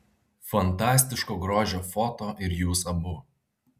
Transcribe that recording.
fantastiško grožio foto ir jūs abu